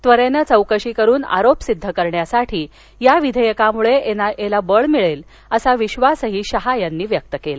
त्वरेने चौकशी करुन आरोप सिद्ध करण्यात या विधेयकामुळे एनआयएला बळ मिळेल असा विश्वास शहा यांनी व्यक्त केला